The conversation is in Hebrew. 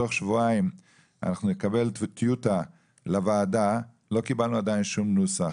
שתוך שבועיים נקבל לוועדה טיוטה שלהן לא קיבלנו עדיין שום נוסח.